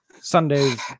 sundays